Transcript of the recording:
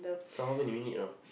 so how minute now